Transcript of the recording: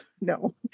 No